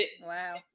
Wow